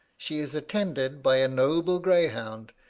she is attended by a noble greyhound,